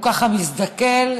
ואני תוהה אם הוא ככה מסתכל,